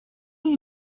you